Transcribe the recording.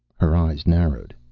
her eyes narrowed.